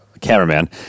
cameraman